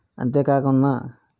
అంతేకాకుండా